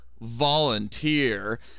volunteer